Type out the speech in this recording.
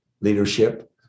leadership